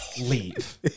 Leave